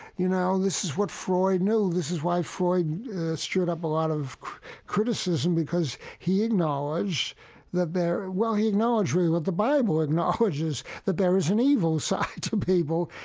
you know, this is what freud knew. this is why freud stirred up a lot of criticism, because he acknowledged that there well, he acknowledged, really, what the bible acknowledges that there is an evil side to people,